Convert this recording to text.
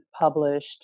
published